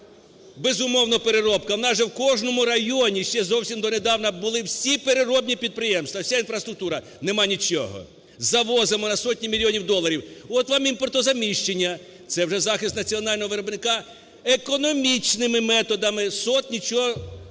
безумовно, переробка, у нас же в кожному районі ще зовсім донедавна були всі переробні підприємства, вся інфраструктура, нема нічого. Завозимо на сотні мільйонів доларів, от вам імпортозаміщення, це вже захист національного виробника, економічними методами, СОТ нічого